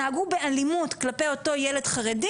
נהגו באלימות כלפי אותו ילד חרדי,